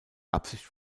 absicht